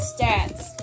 Stats